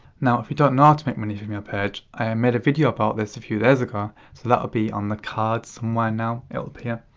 now, if you don't know how to make money from your page, i made a video about this a few days ago, so that'll be on the card somewhere now, it'll appear.